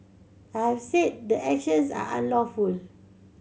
I have said the actions are unlawful